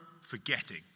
forgetting